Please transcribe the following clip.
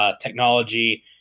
technology